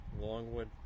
Longwood